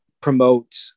promote